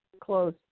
close